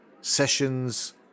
sessions